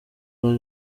rwa